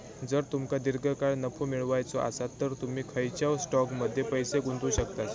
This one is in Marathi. जर तुमका दीर्घकाळ नफो मिळवायचो आसात तर तुम्ही खंयच्याव स्टॉकमध्ये पैसे गुंतवू शकतास